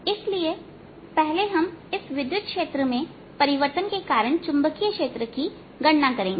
इसलिए पहले हम इस विद्युत क्षेत्र में परिवर्तन के कारण चुंबकीय क्षेत्र की गणना करेंगे